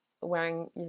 wearing